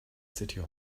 city